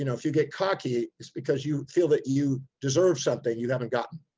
you know if you get cocky it's because you feel that you deserve something you haven't gotten.